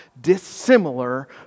dissimilar